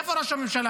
איפה ראש הממשלה?